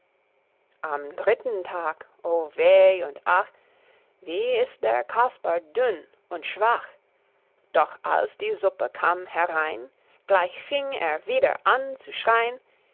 am dritten tag o weh und ach wie ist der kaspar dünn und schwach doch als die suppe kam herein gleich fing er wieder an zu schrein